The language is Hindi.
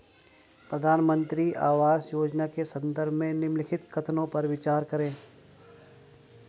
प्रधानमंत्री आवास योजना के संदर्भ में निम्नलिखित कथनों पर विचार करें?